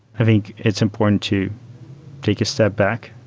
i think it's important to take a step back.